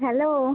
hello